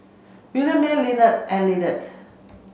Williemae Lillard and Liddie